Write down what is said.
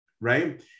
right